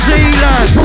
Zealand